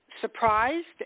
surprised